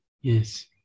Yes